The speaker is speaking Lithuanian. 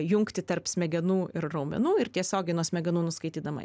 jungtį tarp smegenų ir raumenų ir tiesiogiai nuo smegenų nuskaitydama